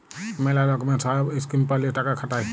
ম্যালা লকমের সহব ইসকিম প্যালে টাকা খাটায়